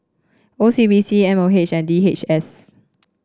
O C B C M O H and D H S